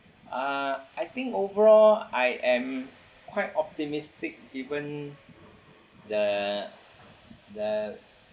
uh I think overall I am quite optimistic given the the